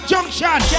Junction